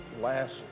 last